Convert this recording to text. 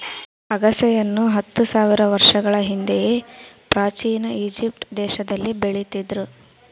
ಅಗಸೆಯನ್ನು ಹತ್ತು ಸಾವಿರ ವರ್ಷಗಳ ಹಿಂದೆಯೇ ಪ್ರಾಚೀನ ಈಜಿಪ್ಟ್ ದೇಶದಲ್ಲಿ ಬೆಳೀತಿದ್ರು